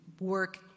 work